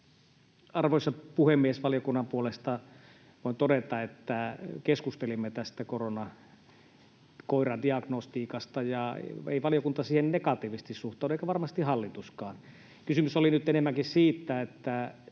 Arvoisa puhemies! Valiokunnan puolesta voin todeta, että keskustelimme tästä koronakoiradiagnostiikasta ja ei valiokunta siihen negatiivisesti suhtaudu eikä varmasti hallituskaan. Kysymys oli nyt enemmänkin siitä —